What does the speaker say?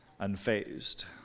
unfazed